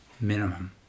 minimum